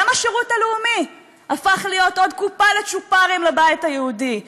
גם השירות הלאומי הפך להיות עוד קופה לצ'ופרים לבית היהודי.